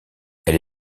elle